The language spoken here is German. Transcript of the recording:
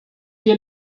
wir